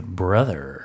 brother